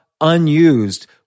unused